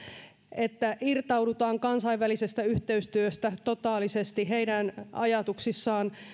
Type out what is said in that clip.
että irtaudutaan kansainvälisestä yhteistyöstä totaalisesti heidän ajatuksissaan